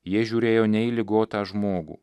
jie žiūrėjo ne į ligotą žmogų